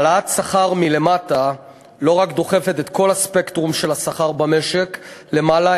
העלאת שכר מלמטה לא רק דוחפת את כל הספקטרום של השכר במשק למעלה,